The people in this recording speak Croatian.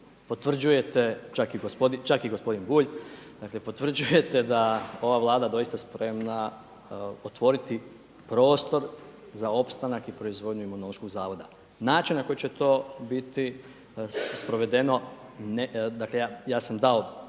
potvrđujete čak i gospodin Bulj, dakle potvrđujete da je ova Vlada doista spremna otvoriti prostor za opstanak i proizvodnju Imunološkog zavoda. Način na koji će to biti sprovedeno, dakle ja sam dao